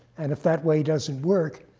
and if that way doesn't work,